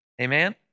Amen